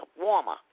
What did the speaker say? warmer